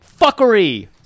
fuckery